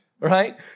right